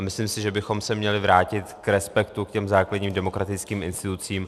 Myslím si, že bychom se měli vrátit k respektu, k těm základním demokratickým institucím.